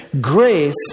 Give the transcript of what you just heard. Grace